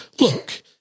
look